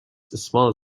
small